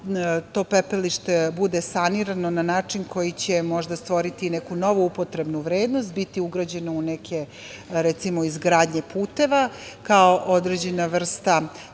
to pepelište bude sanirano na način koji će možda stvoriti neku novu upotrebnu vrednost, biti ugrađeno u neke, recimo, izgradnje puteva, kao određena vrsta